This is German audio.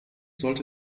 sollte